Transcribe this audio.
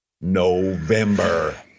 November